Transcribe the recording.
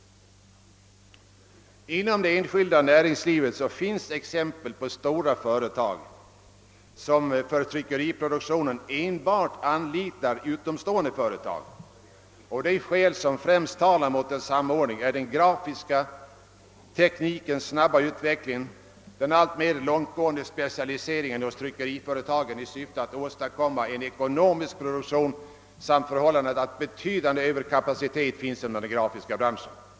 Inom det enskilda näringslivet finns det exempel på stora företag som för tryckeriproduktionen enbart anlitar utomstående företag. De skäl som främst talar mot en samordning är den grafiska teknikens snabba utveckling, den alltmer långtgående specialiseringen av tryckeriföretagen i syfte att åstadkomma en ekonomisk produktion samt det förhållandet att en betydande kapacitet finns inom den grafiska branschen.